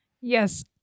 Yes